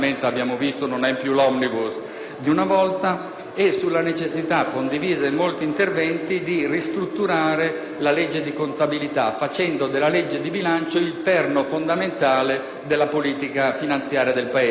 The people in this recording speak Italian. di una volta, e sulla necessità, condivisa in molti interventi, di ristrutturare la legge di contabilità, facendo della legge di bilancio il perno fondamentale della politica finanziaria del Paese. La legge